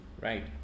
Right